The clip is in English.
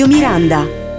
Miranda